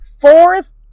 fourth